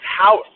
house